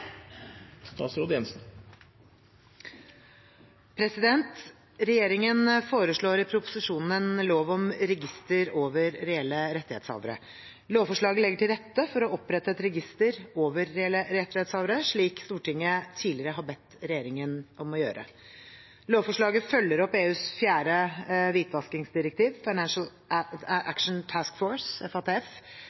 Regjeringen foreslår i proposisjonen en lov om register over reelle rettighetshavere. Lovforslaget legger til rette for å opprette et register over reelle rettighetshavere, slik Stortinget tidligere har bedt regjeringen om å gjøre. Lovforslaget følger opp EUs fjerde hvitvaskingsdirektiv, Financial Action Task Force, FATF,